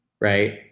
Right